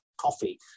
coffee